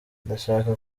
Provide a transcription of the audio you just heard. ndashaka